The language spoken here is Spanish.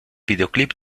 videoclip